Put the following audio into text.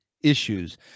issues